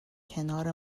کنار